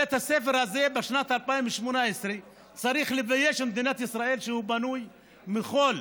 בית הספר הזה בשנת 2018 צריך לבייש את מדינת ישראל שהוא בנוי מחול.